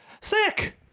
sick